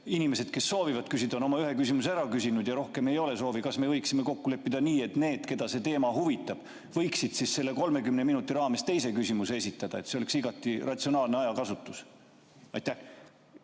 inimesed, kes soovivad küsida, ühe küsimuse ära küsinud ja rohkem ei ole soovi, kas me võiksime siis kokku leppida, et need, keda see teema huvitab, võiksid selle 30 minuti raames teise küsimuse esitada? See oleks igati ratsionaalne ajakasutus. Austatud